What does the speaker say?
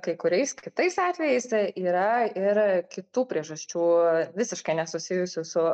kai kuriais kitais atvejais yra ir kitų priežasčių visiškai nesusijusių su